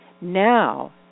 now